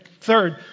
Third